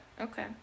Okay